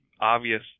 obvious